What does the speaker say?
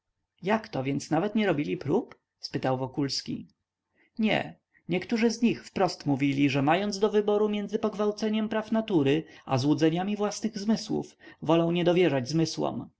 może jakto więc nawet nie robili prób spytał wokulski nie niektórzy z nich wprost mówili że mając do wyboru między pogwałceniem praw natury a złudzeniami własnych zmysłów wolą niedowierzać zmysłom